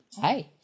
Hi